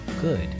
good